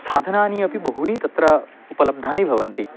साधनानि अपि बहूनि तत्र उपलब्धानि भवन्ति